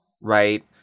right